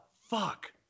fuck